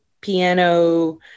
piano